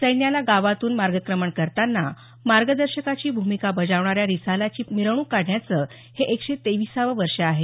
सैन्याला गावातून मार्गक्रमण करताना मार्गदर्शकाची भूमिका बजावणाऱ्या रिसालाची मिरवणूक काढण्याचं हे एकशे तिसावं वर्ष आहे